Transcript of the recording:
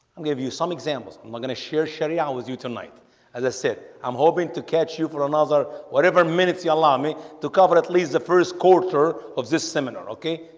give you some examples. i'm not gonna share sharia with you tonight as i said i'm hoping to catch you for another whatever minutes you allow me to cover at least the first quarter of this seminar okay,